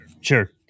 Sure